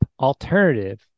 alternative